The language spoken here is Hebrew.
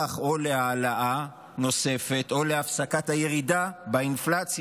להעלאה נוספת או להפסקת הירידה באינפלציה.